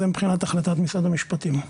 זה מבחינת החלטת משרד המשפטים,